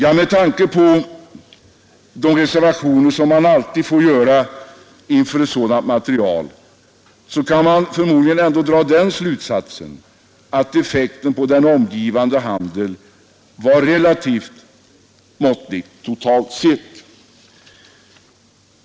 Även med de reservationer man alltid måste göra inför ett sådant material kan man förmodligen ändå dra den slutsatsen att effekten på den omgivande handeln var relativt måttlig, totalt sett.